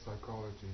psychology